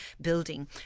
building